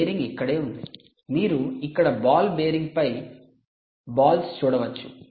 bearing ఇక్కడే ఉంది మీరు ఇక్కడ బాల్ బేరింగ్ పై బాల్స్ చూడవచ్చు